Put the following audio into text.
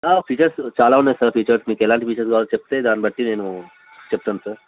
features చాలా ఉన్నాయి sir features మీకు ఎలాంటి ఫీచర్స్ కావాలో చెప్తే దాని బట్టి నేను చెప్తాను సార్